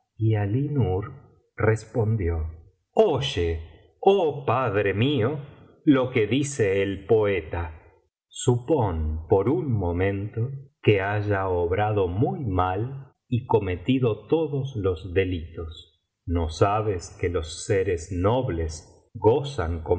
y alí nur respondió oye oh padre mío lo que dice el poeta biblioteca valenciana generalitat valenciana historia de dulce amiga tiitptuipor un momento que haya obrado muy mal y cometido todos los delito no sabes que los seres nobles gozan